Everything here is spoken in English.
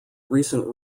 recent